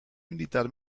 militar